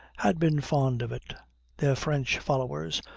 had been fond of it their french followers,